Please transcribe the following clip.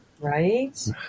Right